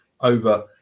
over